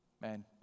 Man